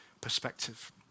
perspective